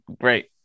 great